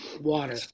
water